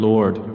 Lord